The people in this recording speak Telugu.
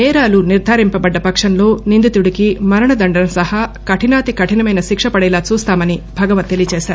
నేరాలు నిర్దారింపబడ్డ పక్షంలో నిందితుడికి మరణదండన సహా కఠినాతికఠినమైన శిక్ష పడేలా చూస్తామని భగవత్ తెలియజేశారు